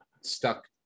stuck